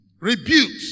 rebukes